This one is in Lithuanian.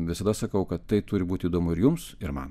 visada sakau kad tai turi būti įdomu ir jums ir man